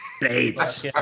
Bates